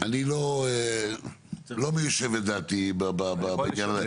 לא מיושבת דעתי בעניין הזה.